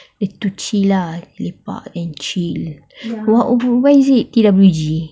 like to chill lah like lepak and chill but why is it TWG